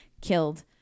killed